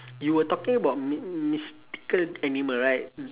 you were talking about my~ mystical animal right